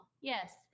Yes